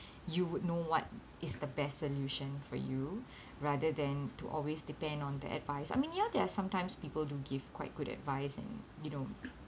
you would know what is the best solution for you rather than to always depend on the advice I mean ya there are sometimes people do give quite good advice and you know